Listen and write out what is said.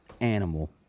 animal